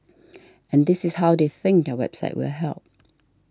and this is how they think their website will help